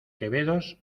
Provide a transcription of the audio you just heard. quevedos